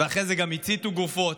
ואחרי זה גם הציתו גופות.